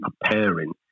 preparing